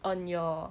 on your